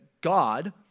God